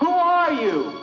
who are you